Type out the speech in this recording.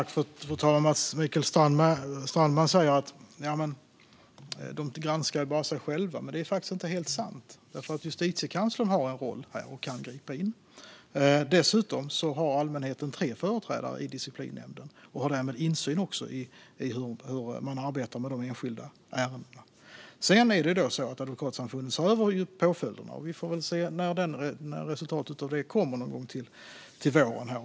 Herr talman! Mikael Strandman säger att advokaterna granskar sig själva. Det är inte helt sant. Justitiekanslern har en roll och kan gripa in. Dessutom har allmänheten tre företrädare i disciplinnämnden och har därmed insyn i arbetet med de enskilda ärendena. Advokatsamfundet ser nu över påföljderna, och resultatet av det kommer under våren.